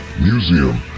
Museum